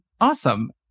Awesome